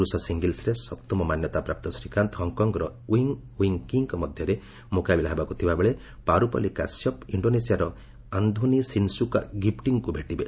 ପୁରୁଷ ସିଙ୍ଗଲ୍ବରେ ସପ୍ତମ ମାନ୍ୟତା ପ୍ରାପ୍ତ ଶ୍ରୀକାନ୍ତ ହଂକକଂଗର ଓ୍ବଙ୍ଗ୍ ୱିଙ୍ଗ୍ କିଙ୍କ ମଧ୍ୟରେ ମୁକାବିଲା ହେବାକୁ ଥିବାବେଳେ ପାରୁପାଲି କଶ୍ୟପ୍ ଇଣ୍ଡୋନେସିଆର ଆନ୍ଧୋନୀ ସିନିସୁକା ଗିବଟିଙ୍ଗ୍ଙ୍କୁ ଭେଟିବେ